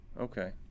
Okay